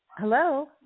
Hello